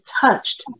touched